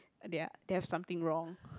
their they have something wrong